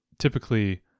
typically